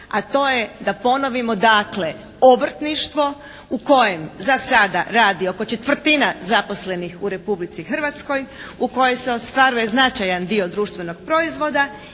a to je da ponovimo dakle obrtništvo u kojem za sada radi oko četvrtina zaposlenih u Republici Hrvatskoj, u kojoj se ostvaruje značajan dio društvenog proizvoda